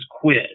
quiz